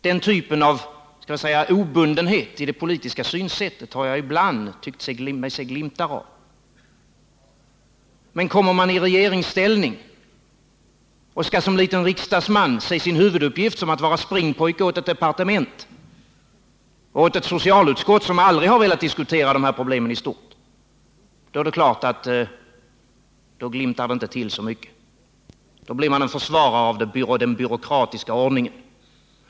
Den typen av obundenhet i det politiska synsättet har jag ibland tyckt mig skönja glimtar av hos honom. Men hamnar man i regeringsställning och skall såsom liten riksdagsman se såsom sin huvuduppgift att vara springpojke åt ett departement och ett socialutskott, som aldrig har velat diskutera dessa problem i stort, är det klart att det inte glimtar till så mycket. Då blir man en försvarare av den byråkratiska ordningen.